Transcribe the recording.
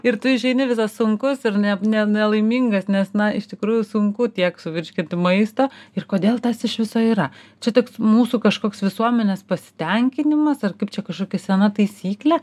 ir tu išeini visas sunkus ir ne ne nelaimingas nes na iš tikrųjų sunku tiek suvirškinti maisto ir kodėl tas iš viso yra čia toks mūsų kažkoks visuomenės pasitenkinimas ar kaip čia kažkokia sena taisyklė